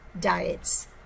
diets